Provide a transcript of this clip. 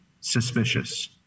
suspicious